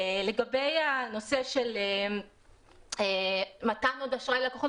לגבי הנושא של מתן עוד אשראי ללקוחות,